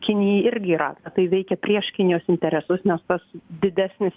kinijai irgi yra tai veikia prieš kinijos interesus nes tas didesnis